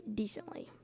decently